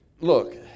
look